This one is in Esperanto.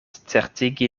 certigi